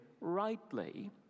rightly